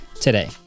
today